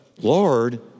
Lord